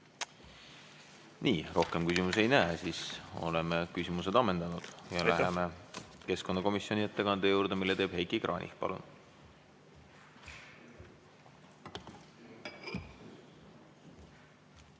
Nii, rohkem küsimusi ei näe. Siis oleme küsimused ammendanud ja läheme keskkonnakomisjoni ettekande juurde. Selle teeb Heiki Kranich. Palun!